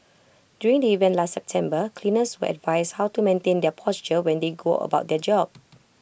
during the event last September cleaners were advised how to maintain their posture when they go about their job